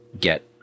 get